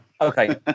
okay